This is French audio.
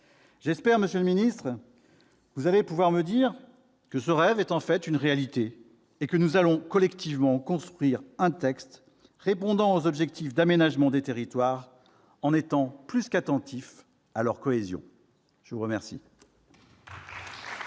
J'espère que vous allez pouvoir me dire que ce rêve est en fait une réalité et que nous allons collectivement construire un texte répondant aux objectifs d'aménagement des territoires en étant plus qu'attentifs à leur cohésion. La parole